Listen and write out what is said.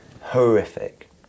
horrific